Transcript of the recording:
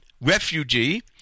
refugee